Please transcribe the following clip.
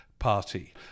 Party